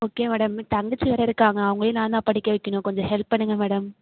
okay madam தங்கச்சி வேறு இருக்காங்க அவர்களையும் நான்தான் படிக்க வைக்கணும் கொஞ்சம் ஹெல்ப் பண்ணுங்க மேடம்